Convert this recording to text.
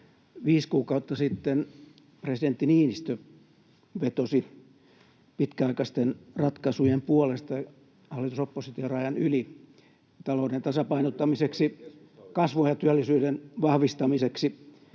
Viisi kuukautta sitten presidentti Niinistö vetosi pitkäaikaisten ratkaisujen puolesta hallitus—oppositio-rajan yli talouden tasapainottamiseksi, kasvun ja työllisyyden vahvistamiseksi.